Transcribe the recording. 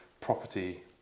property